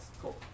cool